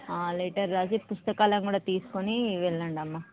letter రాసి పుస్తకాలను కూడా తీసుకొని వెళ్ళండి అమ్మ